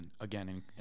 again